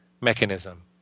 mechanism